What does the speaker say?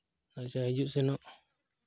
ᱟᱪᱪᱷᱟ ᱦᱤᱡᱩᱜ ᱥᱮᱱᱚᱜ